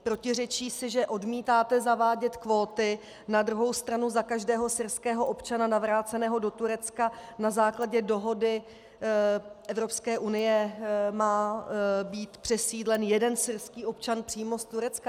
Protiřečí si, že odmítáte zavádět kvóty, na druhou stranu za každého syrského občana navráceného do Turecka na základě dohody Evropské unie má být přesídlen jeden syrský občan přímo z Turecka.